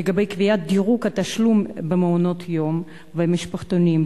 לגבי קביעת דירוג התשלום במעונות-יום ובמשפחתונים,